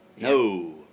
No